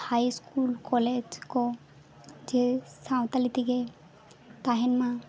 ᱦᱟᱭ school college ᱠᱚ ᱡᱮ ᱥᱟᱱᱛᱟᱲᱤ ᱛᱮᱜᱮ ᱛᱟᱦᱮᱱ ᱢᱟ